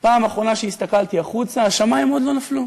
בפעם האחרונה שהסתכלתי החוצה השמים עוד לא נפלו.